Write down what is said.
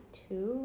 two